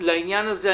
לעניין הזה.